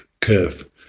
curve